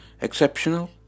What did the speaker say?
exceptional